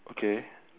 okay